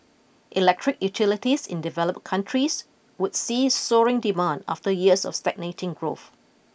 electric utilities in developed countries would see soaring demand after years of stagnating growth